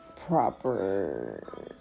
Proper